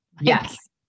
Yes